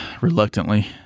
Reluctantly